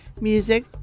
music